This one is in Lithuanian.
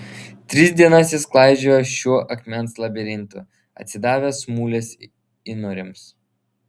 tris dienas jis klaidžiojo šiuo akmens labirintu atsidavęs mulės įnoriams